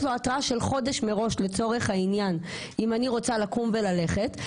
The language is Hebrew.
התראה של חודש מראש לצורך העניין אם אני רוצה לקום וללכת,